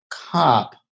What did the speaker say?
cop